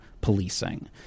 policing